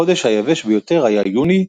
החודש היבש ביותר היה יוני,